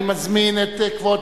אני מזמין את כבוד